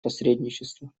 посредничества